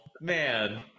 man